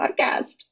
podcast